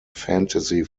fantasy